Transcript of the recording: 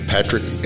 Patrick